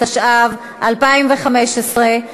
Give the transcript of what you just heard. התשע"ו 2015,